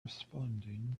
responding